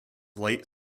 late